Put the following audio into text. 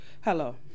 Hello